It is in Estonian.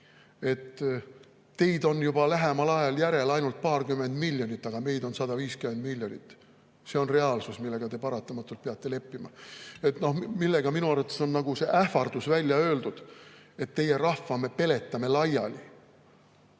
"Teid on lähemal ajal järel ainult paarkümmend miljonit, aga meid on 150 miljonit. See on reaalsus, millega te paratamatult peate leppima." Sellega on minu arvates ähvardus välja öeldud, et teie rahva me peletame laiali.